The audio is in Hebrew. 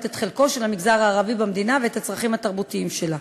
את חלקו של המגזר הערבי במדינה ואת הצרכים התרבותיים שלו.